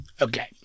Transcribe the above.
okay